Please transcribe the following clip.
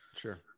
Sure